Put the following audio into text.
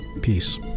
Peace